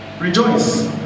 rejoice